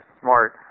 smart